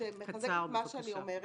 -- שמחזק את מה שאני אומרת: